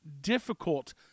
difficult